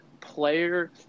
Player